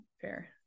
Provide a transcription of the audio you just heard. fair